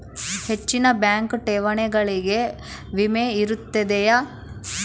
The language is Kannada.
ಹೆಚ್ಚಿನ ಬ್ಯಾಂಕ್ ಠೇವಣಿಗಳಿಗೆ ವಿಮೆ ಇರುತ್ತದೆಯೆ?